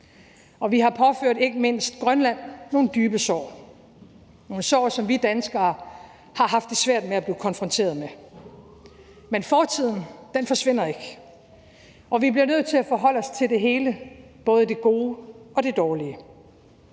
og vi har påført ikke mindst Grønland nogle dybe sår – nogle sår, som vi danskere har haft det svært med at blive konfronteret med. Men fortiden forsvinder ikke, og vi bliver nødt til at forholde os til det hele, både det gode og det dårlige.